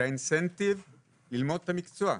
את התמריץ ללמוד את המקצוע.